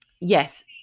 yes